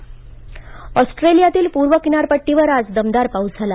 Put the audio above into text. Australia ऑस्ट्रेलियातील पूर्व किनारपट्टीवर आज दमदार पाऊस झाला